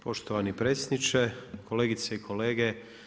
Poštovani predsjedniče, kolegice i kolege.